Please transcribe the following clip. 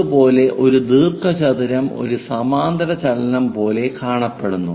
അതുപോലെ ഒരു ദീർഘചതുരം ഒരു സമാന്തരചലനം പോലെ കാണപ്പെടുന്നു